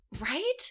Right